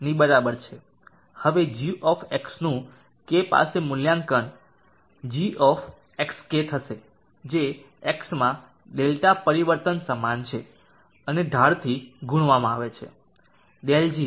હવે g નું k પાસે મૂલ્યાંકન g થશે જે x માં ડેલ્ટા પરિવર્તન સમાન છે અને ઢાળ થી ગુણવામાં આવે છે